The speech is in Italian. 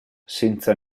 senza